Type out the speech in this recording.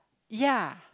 ya